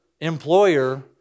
employer